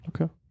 Okay